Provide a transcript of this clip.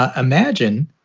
ah imagine,